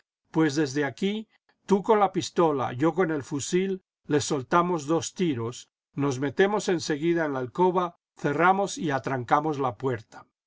pues desde aquí tú con la pistola yo con el fusil les soltamos dos tiros nos metemos en seguida en la alcoba cerramos y atrancamos la puerta